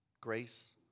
grace